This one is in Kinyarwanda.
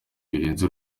birenze